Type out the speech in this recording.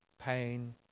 pain